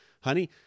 honey